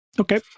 Okay